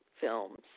films